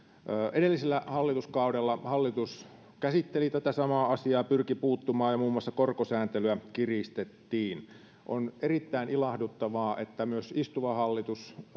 edellisellä hallituskaudella hallitus käsitteli tätä samaa asiaa pyrki puuttumaan siihen ja muun muassa korkosääntelyä kiristettiin on erittäin ilahduttavaa että myös istuva hallitus